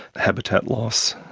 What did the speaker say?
habitat loss.